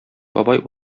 бабай